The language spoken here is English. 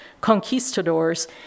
conquistadors